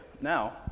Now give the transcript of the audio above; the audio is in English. now